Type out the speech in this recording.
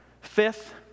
Fifth